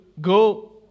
go